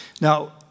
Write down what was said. Now